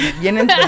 vienen